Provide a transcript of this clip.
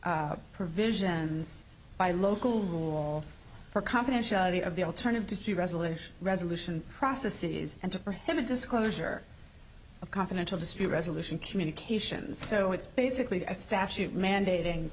provisions by local rule for confidentiality of the alternative dispute resolution resolution process is and to for have a disclosure of confidential dispute resolution communications so it's basically a statute mandating